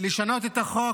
לשנות את חוק